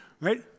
right